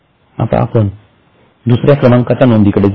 आता आपण दुसऱ्या क्रमांकाच्या नोंदी कडे जावू